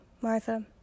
Martha